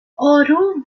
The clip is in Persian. اروم